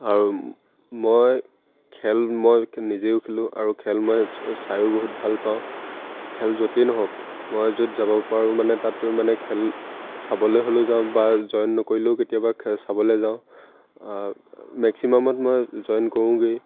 আৰু মই খেল মই নিজেও খেলোঁ আৰু খেল মই চায়ো বহুত ভাল পাওঁ খেল য'তেই নহওক মই য'ত যাব পাৰোঁ মানে তাত মানে খেল চাবলে হ'লেও যাওঁ বা জইন নকৰিলেও কেতিয়াবা চাবলে যাওঁ মেক্সিমামত মই জইন কৰোঁগেই